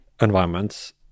environments